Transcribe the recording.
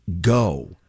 go